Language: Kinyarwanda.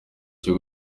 cyo